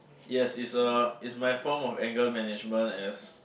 yes is a is my form of anger management as